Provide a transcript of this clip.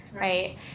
Right